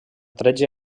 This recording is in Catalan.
tretze